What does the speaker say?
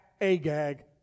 Agag